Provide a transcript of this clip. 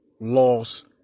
loss